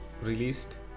released